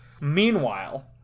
Meanwhile